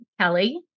kelly